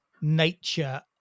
nature